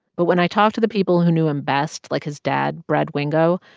but when i talked to the people who knew him best. like his dad, brad wingo,